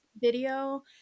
video